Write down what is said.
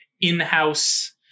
in-house